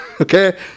okay